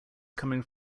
coming